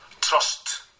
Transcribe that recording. trust